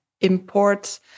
imports